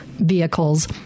vehicles